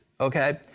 okay